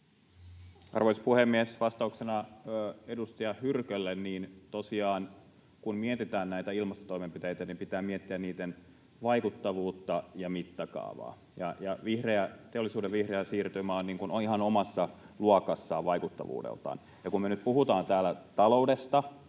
Arvoisa puhemies! Vastauksena edustaja Hyrkölle: Tosiaan, kun mietitään näitä ilmastotoimenpiteitä, pitää miettiä niiden vaikuttavuutta ja mittakaavaa. Teollisuuden vihreä siirtymä on ihan omassa luokassaan vaikuttavuudeltaan. Ja kun me nyt puhutaan täällä taloudesta,